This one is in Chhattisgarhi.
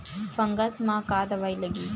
फंगस म का दवाई लगी?